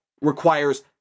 requires